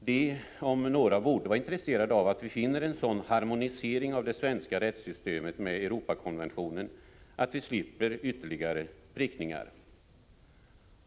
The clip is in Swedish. De om några borde vara intresserade av att vi finner en sådan harmonisering av det svenska rättssystemet med Europakonventionen att vi slipper ytterligare prickningar.